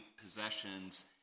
possessions